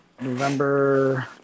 November